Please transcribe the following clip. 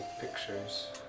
pictures